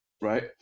right